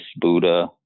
Buddha